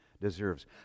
deserves